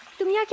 to me? like